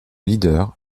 leader